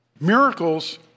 Miracles